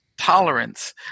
tolerance